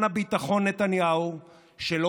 אחד